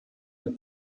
mit